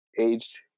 aged